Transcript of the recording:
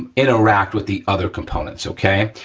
um interact with the other components, okay?